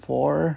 four